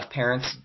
parents